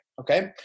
Okay